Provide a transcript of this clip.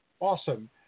Awesome